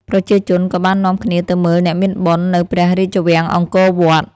ប្រជាជន ក៏បាននាំគ្នាទៅមើលអ្នកមានបុណ្យនៅព្រះរាជវាំងអង្គរវត្ត ។